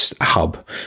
hub